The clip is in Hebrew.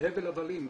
זה הבל הבלים.